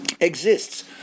exists